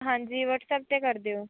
ਹਾਂਜੀ ਵਟਸਐਪ 'ਤੇ ਕਰ ਦਿਓ